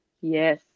Yes